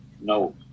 No